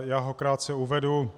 Já ho krátce uvedu.